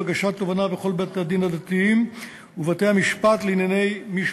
בכל בתי-הדין הדתיים ובתי-המשפט לענייני משפחה.